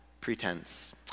pretense